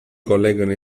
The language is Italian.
collegano